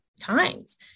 times